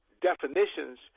definitions